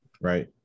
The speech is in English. right